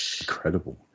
Incredible